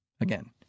Again